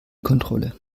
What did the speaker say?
kontrolle